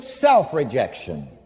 self-rejection